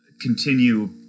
continue